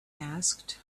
asked